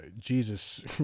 Jesus